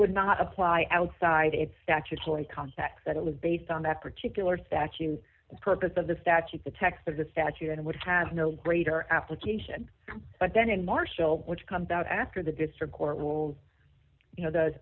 would not apply outside a statutory context that it was based on that particular statute the purpose of the statute the text of the statute and would have no greater application but then in marshall which comes out after the district court rules you know th